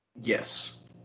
Yes